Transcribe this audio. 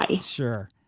Sure